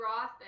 Roth